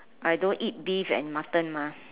I don't eat beef and mutton mah